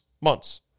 months